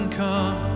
come